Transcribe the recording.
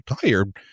tired